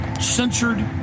censored